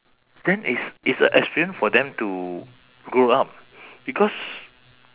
then it's it's a experience for them to grow up because